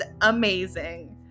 amazing